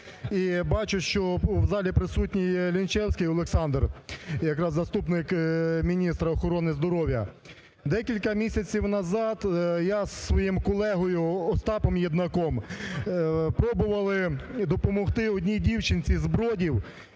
І бачу, що в залі присутній Лінчевський Олександр, заступник міністра охорони здоров'я. Декілька місяців назад я з своїм колегою Остапом Єднаком пробували допомогти одній дівчинці з Бродів,